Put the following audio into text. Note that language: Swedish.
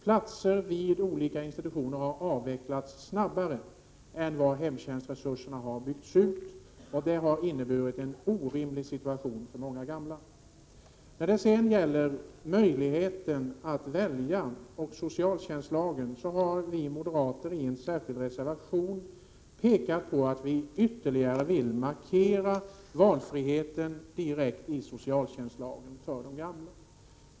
Platser vid olika institutioner har avvecklats snabbare än hemtjänstresurserna har byggts ut. Det har inneburit en orimlig situation för många gamla. När det gäller socialtjänstlagen och valmöjligheterna har vi moderater i en särskild reservation pekat på att vi direkt i socialtjänstlagen ytterligare vill markera valfriheten för de gamla.